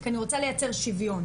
כי אני רוצה לייצר שוויון.